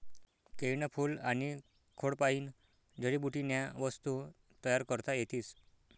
केयनं फूल आनी खोडपायीन जडीबुटीन्या वस्तू तयार करता येतीस